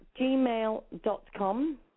gmail.com